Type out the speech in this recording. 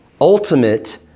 ultimate